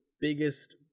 biggest